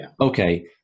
okay